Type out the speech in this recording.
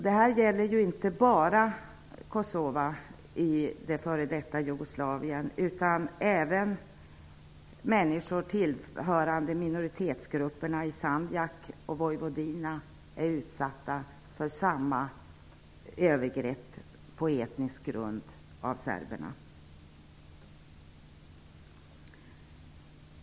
Det gäller inte bara kosovaalbaner i f.d. Jugoslavien, utan även människor tillhörande minoritetsgrupperna i Sandjak och Vojvodina är utsatta för samma sorts övergrepp på etnisk grund av serberna.